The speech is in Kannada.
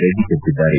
ರೆಡ್ಡಿ ತಿಳಿಸಿದ್ದಾರೆ